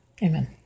Amen